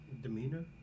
demeanor